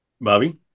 Bobby